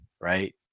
right